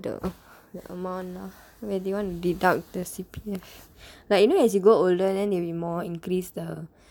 the the amount ah where do you want to deduct the C_P_F like you know as you grow older then it'll be more increase the